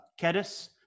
Kedis